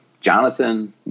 Jonathan